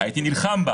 לא,